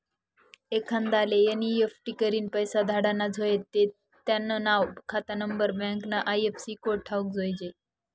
एखांदाले एन.ई.एफ.टी करीन पैसा धाडना झायेत ते त्यानं नाव, खातानानंबर, बँकना आय.एफ.सी कोड ठावूक जोयजे